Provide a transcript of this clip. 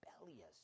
rebellious